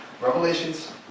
Revelations